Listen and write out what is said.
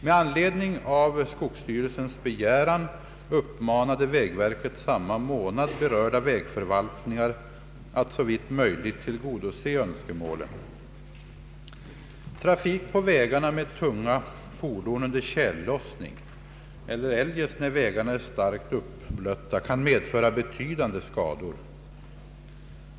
Med anledning av skogsstyrelsens begäran uppmanade vägverket samma månad berörda vägförvaltningar att såvitt möjligt tillgodose önskemålen. Trafik på vägarna med tunga fordon under tjällossning eller eljest när vägarna är starkt uppblötta kan medföra betydande skador.